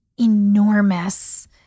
enormous